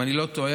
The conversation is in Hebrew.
אם אני לא טועה,